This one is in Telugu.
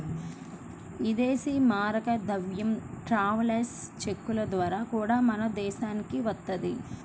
ఇదేశీ మారక ద్రవ్యం ట్రావెలర్స్ చెక్కుల ద్వారా గూడా మన దేశానికి వత్తది